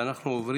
נעבור